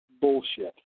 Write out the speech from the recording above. bullshit